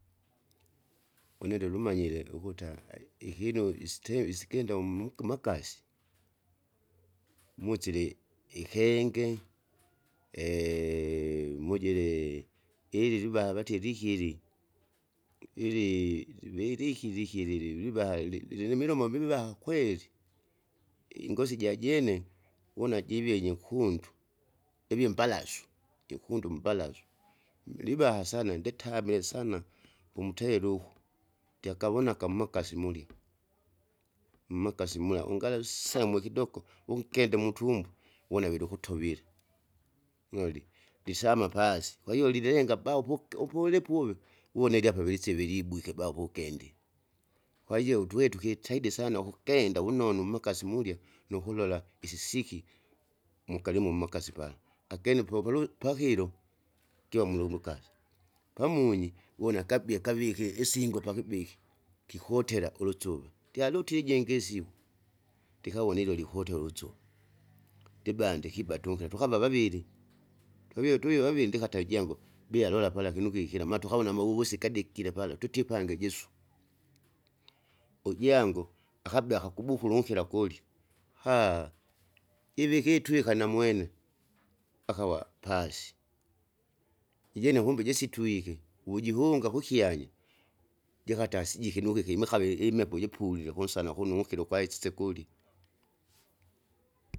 Une ndilumanyire ukuta ikinu jistewi isikenda umnuki makasi. Musile ikenge mujile, ili liva vatie likili, ili- livikuli likilili livaha lilinimilomo vivaha kweli. Ingosi jajene, wuna jivie jinkundu, jivie mbalasu, jekundu mbalasu, mlibaha sana nditamile sana, umteru uku, dyakavonaka mmakasi mulya, mmakasi mula ungala samwe kidoko, unkede mutumbwe wuna vile ukutovile, ndisama pasi, kwahiyo lilenga ba upuki upulipuve, uvona iliapa vilisivile ibwike bavukendi. Kwahiyo twi tukitaidi sana ukukenda vunonu mmakasi mulya, nukulola, isisiki, mukalimu mmakasi pala, akene po- pulu pakilo, kyo mwilumbukasa, pamunyi, wunakabie kaviki isingo pakibiki, kikotera ulutsuvi, ndyadotile ijingi isiku, ndikavone ilyo likotera ulusugu, ndiba ndikibatuke tukava vaviri, tuvi tuvie ndikata ijangu, bia lola pala kinuki kira matukavone amavuvusi kadekile pala tutie ipangi jisu, ujangu akabea akakubukula unkila kulya, jivi ikitwika namwene. Akawa pasi, ijene kumbe jisitwike, uvujihunga kukyanya, jikatasi jikinukiki imikave imepo jipulile kunsana kuno ukile ukaisise kuli.